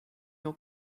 your